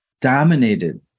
dominated